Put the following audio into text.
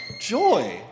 joy